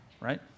right